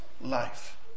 life